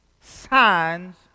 signs